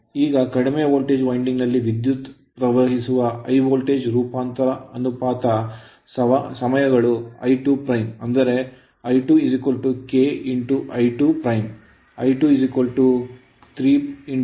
ಈಗ ಕಡಿಮೆ voltage winding ನಲ್ಲಿ ವಿದ್ಯುತ್ ಪ್ರವಹಿಸುವ ಹೈ ವೋಲ್ಟೇಜ್ ರೂಪಾಂತರ ಅನುಪಾತ ಸಮಯ ಗಳು I2' ಅಂದರೆ I2 K I2'